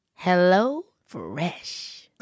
HelloFresh